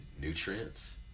nutrients